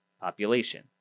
population